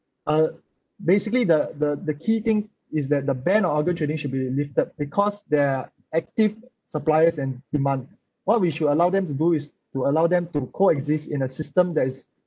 uh basically the the the key thing is that the ban of organ trading should be lifted because there are active suppliers and demand what we should allow them to do is to allow them to coexist in a system that is